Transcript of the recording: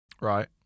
Right